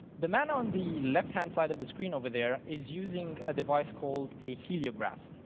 the man on the left-hand side of the screen over there is using a device called a heliograph.